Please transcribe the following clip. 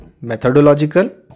Methodological